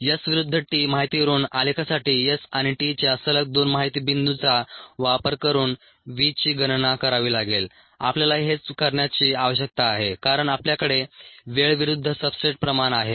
S विरुद्ध t माहितीवरून आलेखासाठी S आणि t च्या सलग दोन माहिती बिंदूचा वापर करून v ची गणना करावी लागेल आपल्याला हेच करण्याची आवश्यकता आहे कारण आपल्याकडे वेळ विरूद्ध सब्सट्रेट प्रमाण आहे